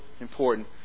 important